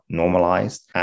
normalized